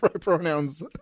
pronouns